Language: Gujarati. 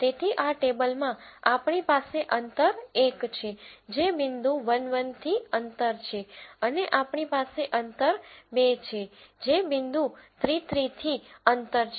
તેથી આ ટેબલમાં આપણી પાસે અંતર એક છે જે બિંદુ 1 1 થી અંતર છે અને આપણી પાસે અંતર બે છે જે બિંદુ 3 3 થી અંતર છે